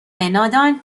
نادان